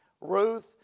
Ruth